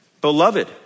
Beloved